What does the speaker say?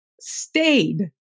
stayed